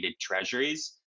treasuries